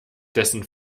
dessen